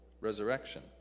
resurrection